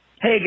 Hey